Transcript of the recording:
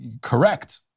Correct